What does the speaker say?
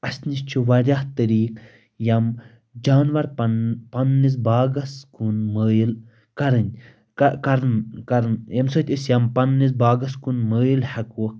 اَسہِ نِش چھِ واریاہ طٔریٖق یِم جاناوَار پَن پَنٛنِس باغَس کُن مٲیِل کَرٕنۍ کَر کَران ییٚمہِ سۭتۍ أسۍ یِم پَنٛنِس باغس کُن مٲیِل ہٮ۪کوُکھ